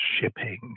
shipping